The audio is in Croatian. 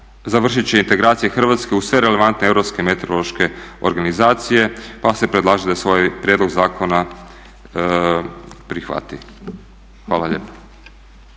završiti će integracija Hrvatske uz sve relevantne europske meteorološke organizacije pa se predlaže da se ovaj prijedlog prihvati. Hvala lijepo.